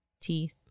teeth